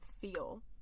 feel